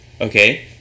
Okay